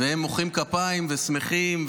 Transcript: והם מוחאים כפיים ושמחים,